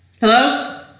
Hello